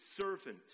servant